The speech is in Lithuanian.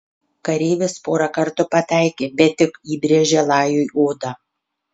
kareivis porą kartų pataikė bet tik įbrėžė lajui odą